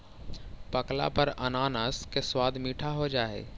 पकला पर अनानास के स्वाद मीठा हो जा हई